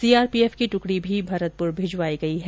CRPF की टुकड़ी भी भरतपुर भिजवाई गई हैं